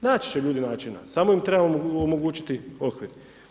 Naći će ljudi načina, samo im treba omogućiti okvir.